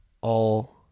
All-